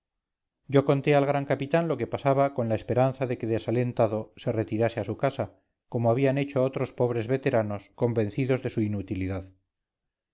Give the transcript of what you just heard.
yo conté al gran capitán lo que pasaba con la esperanza de que desalentado se retirase a su casa como habían hecho otros pobres veteranos convencidos de su inutilidad